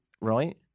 Right